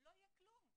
לא יהיה כלום,